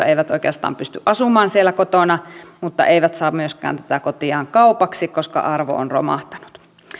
eivät oikeastaan pysty asumaan siellä kotona mutta eivät saa myöskään tätä kotiaan kaupaksi koska arvo on romahtanut